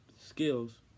skills